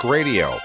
Radio